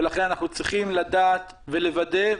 ולכן אנחנו צריכים לדעת ולוודא,